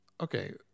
okay